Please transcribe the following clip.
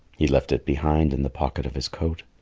he left it behind in the pocket of his coat.